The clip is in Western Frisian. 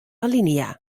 alinea